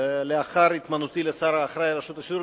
לאחר התמנותי לשר האחראי לרשות השידור,